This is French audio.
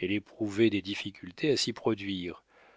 elle éprouvait des difficultés à s'y produire